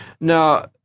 Now